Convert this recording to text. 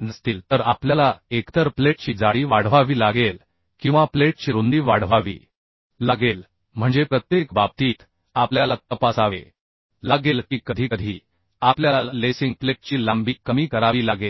नसतील तर आपल्याला एकतर प्लेटची जाडी वाढवावी लागेल किंवा प्लेटची रुंदी वाढवावी लागेल म्हणजे प्रत्येक बाबतीत आपल्याला तपासावे लागेल की कधीकधी आपल्याला लेसिंग प्लेटची लांबी कमी करावी लागेल